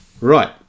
Right